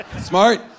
Smart